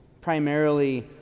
primarily